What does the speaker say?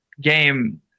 game